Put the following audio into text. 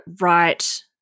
right